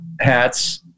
hats